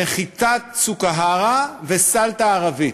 נחיתת צוקהרה וסלטה ערבית.